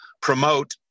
promote